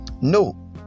no